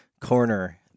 corner